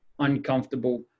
uncomfortable